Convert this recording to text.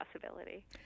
possibility